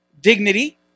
dignity